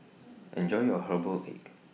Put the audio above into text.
Enjoy your Herbal Egg